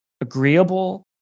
agreeable